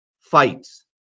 fights